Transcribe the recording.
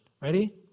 Ready